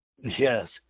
yes